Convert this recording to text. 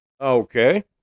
Okay